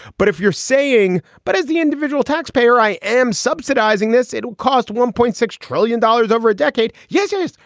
but if you're saying but is the individual taxpayer i am subsidizing this, it will cost one point six trillion dollars over a decade. yes. yes.